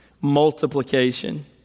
Multiplication